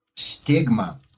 stigma